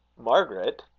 margaret?